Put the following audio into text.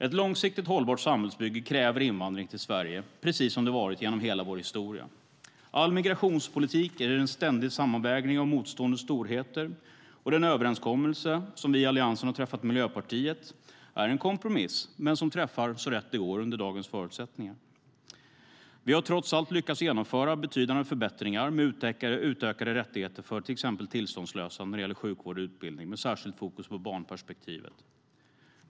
Ett långsiktigt hållbart samhällsbygge kräver invandring till Sverige, precis som det har varit genom hela vår historia. All migrationspolitik är en ständig sammanvägning av motstående storheter. Den överenskommelse som vi i Alliansen har träffat med Miljöpartiet är en kompromiss men träffar så rätt det går under dagens förutsättningar. Vi har trots allt lyckats genomföra betydande förbättringar med utökade rättigheter för till exempel tillståndslösa när det gäller sjukvård och utbildning med särskilt fokus på barnperspektivet.